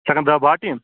چھکن داہ باہ ٹیٖن